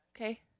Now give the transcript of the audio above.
okay